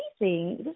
amazing